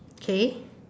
okay